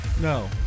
No